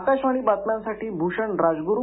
आकाशवाणी बातम्यांसाठी भूषण राजगुरू